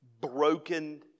Broken